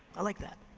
i like that.